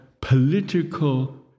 political